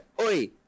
oi